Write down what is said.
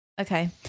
okay